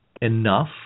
enough